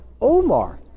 Omar